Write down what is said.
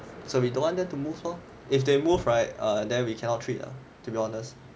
so we don't want them to move lor if they move right then we cannot treat lah to be honest